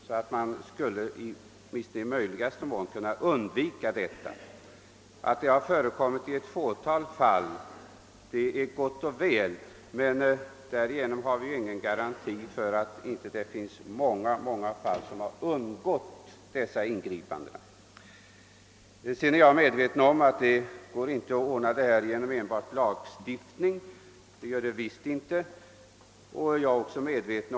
Det är gott och väl att det rör sig om ett fåtal sådana fall, men detta utgör ingen garanti för att det inte finns många fall som undgått ingripande. Jag är medveten om att detta problem inte kan lösas enbart genom lagstiftning.